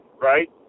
right